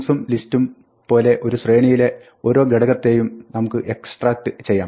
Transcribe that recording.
Strings ഉം list ഉം പോലെ ഒരു ശ്രേണിയിലെ ഓരോ ഘടകത്തെയും നമുക്ക് extract ചെയ്യാം